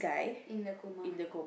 in the coma